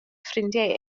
ffrindiau